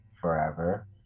forever